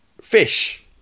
fish